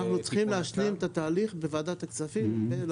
אנחנו צריכים להשלים את התהליך בוועדת הכספים.